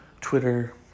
Twitter